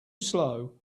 slow